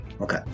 Okay